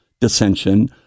dissension